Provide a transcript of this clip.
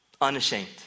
Unashamed